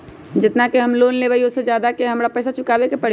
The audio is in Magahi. जेतना के हम लोन लेबई ओ से ज्यादा के हमरा पैसा चुकाबे के परी?